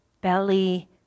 belly